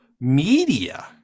media